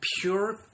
pure